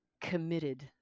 committed